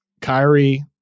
Kyrie